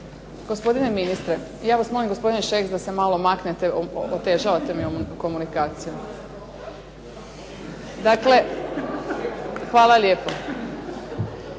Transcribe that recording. Gospodine ministre, ja vas molim da ... se malo maknete, otežavate mi komunikaciju. Hvala lijepo.